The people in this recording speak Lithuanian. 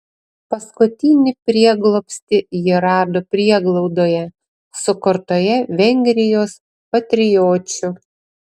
paskutinį prieglobstį ji rado prieglaudoje sukurtoje vengrijos patriočių